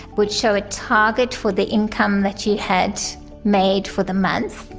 would show a target for the income that you had made for the month.